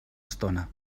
estona